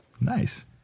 Nice